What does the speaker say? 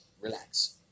Relax